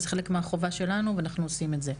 המימון הוא חלק מהחובה שלנו ואנחנו עושים את זה.